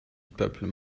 peuple